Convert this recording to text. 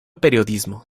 periodismo